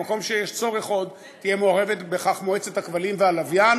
במקום שיש צורך עוד תהיה מעורבת בכך מועצת הכבלים והלוויין.